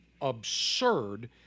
absurd